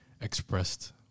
expressed